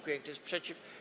Kto jest przeciw?